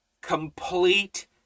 complete